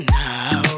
now